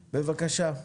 בבקשה.